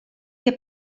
che